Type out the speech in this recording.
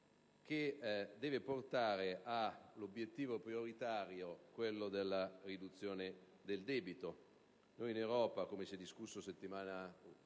che deve portare all'obiettivo prioritario, quello della riduzione del debito. In Europa, come si è discusso la settimana